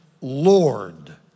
Lord